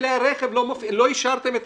לא אישרתם את